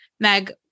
Meg